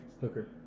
Hooker